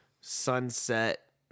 sunset